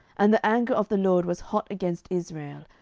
and the anger of the lord was hot against israel,